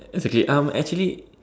it's okay um actually